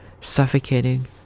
suffocating